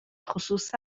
خصوص